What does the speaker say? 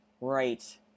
right